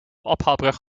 ophaalbrug